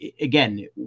again